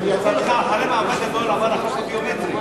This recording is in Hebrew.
אחרי מאבק גדול עבר החוק הביומטרי.